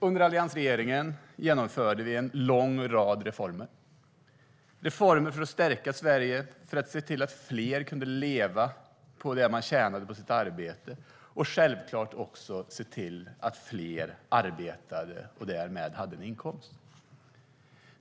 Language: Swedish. Under alliansregeringen genomförde vi en lång rad reformer för att stärka Sverige, för att fler skulle kunna leva på det de tjänade på sitt arbete och, självklart, för att fler skulle arbeta och därmed ha en inkomst.